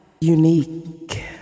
unique